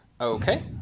okay